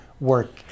work